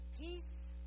peace